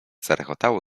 zarechotało